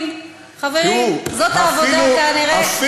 חבר הכנסת דיכטר, אני מבקשת, תסיים.